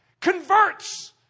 converts